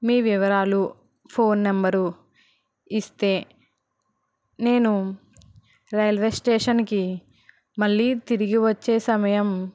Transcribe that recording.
మీ వివరాలు phone number ఇస్తే నేను రైల్వే స్టేషన్కి మళ్ళీ తిరిగి వచ్చే సమయం